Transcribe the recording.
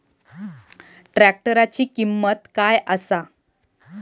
ट्रॅक्टराची किंमत काय आसा?